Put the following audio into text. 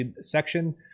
section